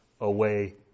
away